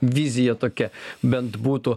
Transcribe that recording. vizija tokia bent būtų